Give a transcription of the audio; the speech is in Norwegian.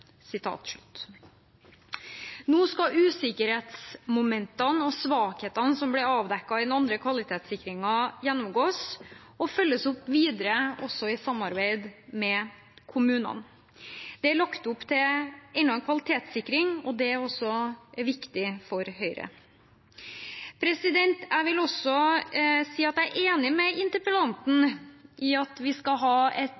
Nå skal usikkerhetsmomentene og svakhetene som ble avdekket i den andre kvalitetssikringen, gjennomgås og følges opp videre, også i samarbeid med kommunene. Det er lagt opp til enda en kvalitetssikring, og det er også viktig for Høyre. Jeg vil også si at jeg er enig med interpellanten i at vi skal ha et